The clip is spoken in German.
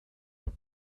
aus